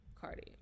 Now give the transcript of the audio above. Cardi